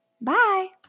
Bye